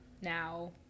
now